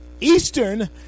Eastern